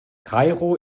kairo